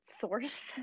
source